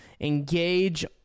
engage